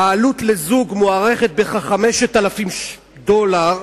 העלות לזוג מוערכת בכ-5,000 דולר.